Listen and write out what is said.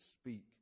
speak